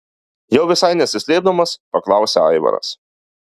jau visai nesislėpdamas paklausia aivaras